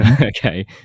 okay